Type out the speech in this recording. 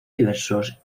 diversos